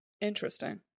Interesting